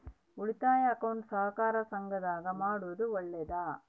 ಉಳಿತಾಯ ಅಕೌಂಟ್ ಸಹಕಾರ ಸಂಘದಾಗ ಮಾಡೋದು ಒಳ್ಳೇದಾ?